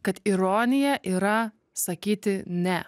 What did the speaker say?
kad ironija yra sakyti ne